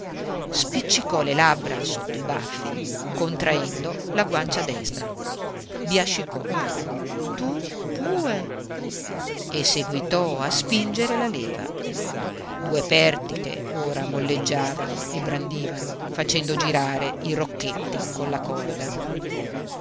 lui spiccicò le labbra sotto i baffi contraendo la guancia destra biascicò tu pue e seguitò a spingere la leva due pertiche ora molleggiavano e brandivano facendo girare i rocchetti con la corda